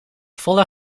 volle